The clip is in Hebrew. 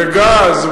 וגז,